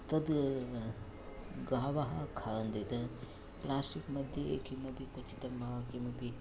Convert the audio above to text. तत् गावः खादन्ति प्लास्टिक् मध्ये किमपि क्वचित् वा किमपि